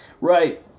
Right